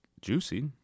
juicy